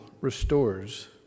restores